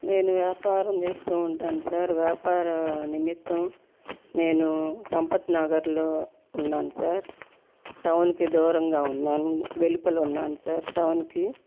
నేను వ్యాపారం చేస్తూ ఉంటాను సార్ వ్యాపార నిమిత్తం నేను సంపత్ నగర్లో ఉన్నాను సార్ టౌన్కి దూరంగా ఉన్నాను వెలుపల ఉన్నాను సార్ టౌన్కి